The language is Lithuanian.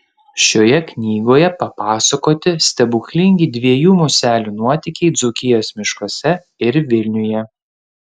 šioje knygoje papasakoti stebuklingi dviejų muselių nuotykiai dzūkijos miškuose ir vilniuje